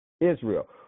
Israel